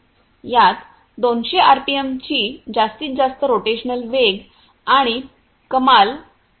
यात 200 आरपीएमची जास्तीत जास्त रोटेशनल वेग आणि कमाल 1000 प्रति मिनिट मिळाला आहे